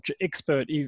expert